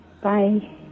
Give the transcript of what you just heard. Bye